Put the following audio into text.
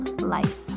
life